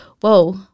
whoa